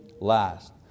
last